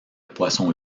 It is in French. poisson